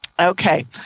Okay